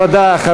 תודה.